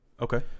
Okay